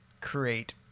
create